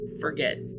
forget